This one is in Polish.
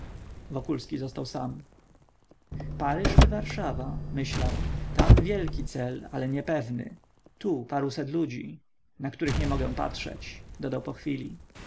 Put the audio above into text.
przyda wokulski został sam paryż czy warszawa myślał tam wielki cel ale niepewny tu paruset ludzi na których nie mogę patrzeć dodał pochwili